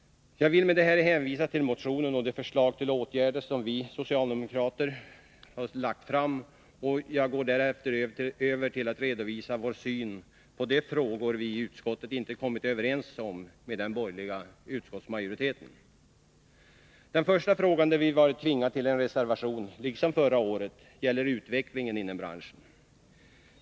Jag vill med detta hänvisa till motionen och de förslag till åtgärder som vi från socialdemokratiskt håll lägger fram. Jag går därefter över till att redovisa vår syn på de frågor där vi i utskottet inte kommit överens med den borgerliga utskottsmajoriteten. Den första frågan där vi — liksom förra året — varit tvingade till en reservation gäller utvecklingen inom branschen.